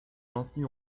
maintenu